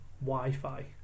Wi-Fi